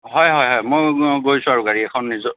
হয় হয় মই গৈছোঁ আৰু গাড়ী এখন নিজৰ